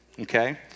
okay